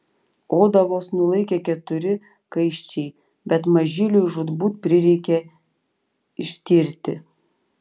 odą vos nulaikė keturi kaiščiai bet mažyliui žūtbūt prireikė ištirti